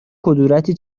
کدورتی